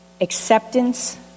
acceptance